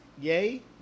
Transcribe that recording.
Yay